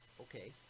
okay